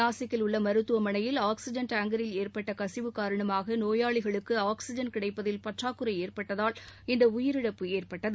நாசிக்கில் உள்ள மருத்துவமனையில் ஆக்ஸிஜன் டேங்கரில் ஏற்பட்ட கசிவு காரணமாக நோயாளிகளுக்கு ஆக்ஸிஜன் கிடைப்பதில் பற்றாக்குறை ஏற்பட்டதால் இந்த உயிரிழப்பு ஏற்பட்டது